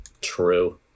true